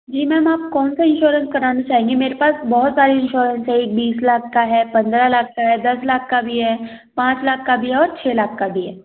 जी ma'am आप कौन सा इन्श्योरेन्स कराना चाहेंगे मेरे पास बहुत सारे इन्श्योरेन्स हैं एक बीस लाख का है पंद्रह लाख का है दस लाख का भी है पाँच लाख का भी है और छः लाख का भी है